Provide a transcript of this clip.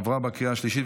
עברה בקריאה שלישית,